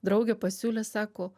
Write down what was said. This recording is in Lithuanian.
draugė pasiūlė sako